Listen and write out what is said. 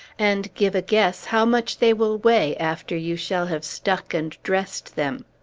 and give a guess how much they will weigh after you shall have stuck and dressed them.